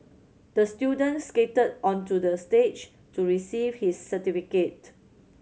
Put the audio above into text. the student skated onto the stage to receive his certificate